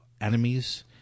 enemies